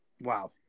wow